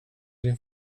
din